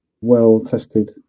well-tested